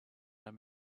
him